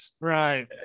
Right